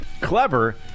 clever